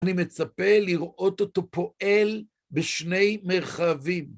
אני מצפה לראות אותו פועל בשני מרחבים.